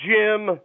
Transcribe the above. Jim